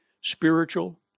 spiritual